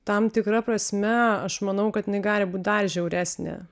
tam tikra prasme aš manau kad jinai gali būt dar žiauresnė